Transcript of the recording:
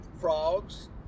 frogs